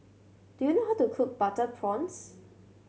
do you know how to cook butter prawns